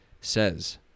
says